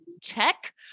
check